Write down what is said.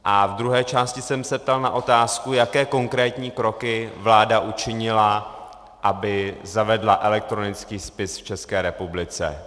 A v druhé části jsem se ptal na otázku, jaké konkrétní kroky vláda učinila, aby zavedla elektronický spis v České republice.